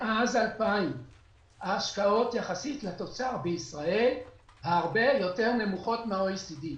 מאז 2000 ההשקעות יחסית לתוצר בישראל הרבה יותר נמוכות מה-OECD,